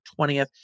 20th